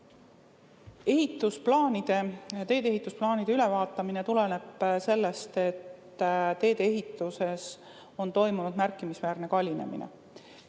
Tee-ehitusplaanide ülevaatamine tuleneb sellest, et tee-ehituses on toimunud märkimisväärne kallinemine.